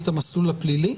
את המסלול הפלילי?